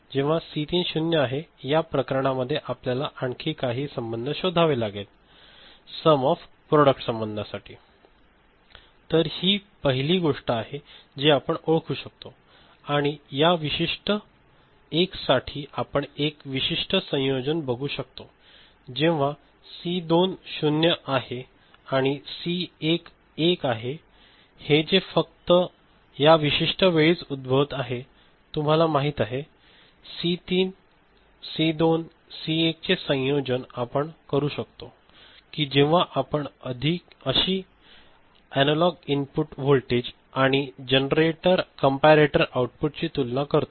जेव्हा सी 3 0 आहे या प्रकरणांमध्ये आपल्याला आणखी काही संबंध शोधावे लागेल सम ऑफ प्रॉडक्ट संबांधासाठी तर ही पहिली गोष्ट आहे जी आपण ओळखू शकतो आणि या विशिष्ट 1 साठी आपण एक विशिष्ठ संयोजन बघूशकतो जेव्हा सी 2 0 आहे आणि सी 1 1 आहे जे हे फक्त या विशिष्ट वेळीच उद्भवत आहे तुम्हाला माहित आहे सी 3 सी 2 सी 1 चे संयोजन आपण करू शकतो की जेव्हा आपण अशी एनालॉग इनपुट व्होल्टेज आणि जनरेटर कॅम्परेटोर आउटपुट ची तुलना करतो